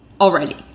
already